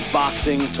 boxing